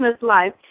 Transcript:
life